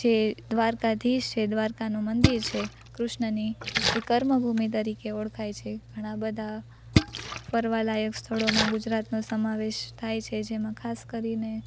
જે દ્વારકાધીશ છે દ્વારકાનું મંદિર છે કૃષ્ણની એ કર્મભૂમિ તરીકે ઓળખાય છે ઘણાં બધાં ફરવાલાયક સ્થળોમાં ગુજરાતનો સમાવેશ થાય છે જેમાં ખાસ કરીને